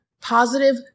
positive